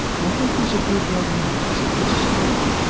i think he's a good young man, said mrs. burton,